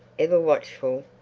ever watchful,